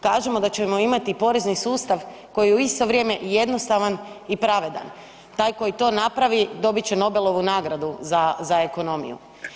Kažemo da ćemo imati porezni sustav koji u isto vrijeme je jednostavan i pravedan, taj koji to napravi, dobit će Nobelovu nagradu za ekonomiju.